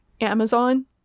Amazon